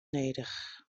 nedich